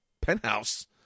penthouse